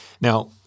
Now